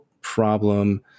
problem